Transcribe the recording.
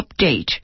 update